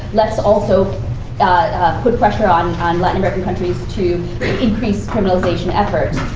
let's also put pressure on on latin american countries to increase criminalization efforts.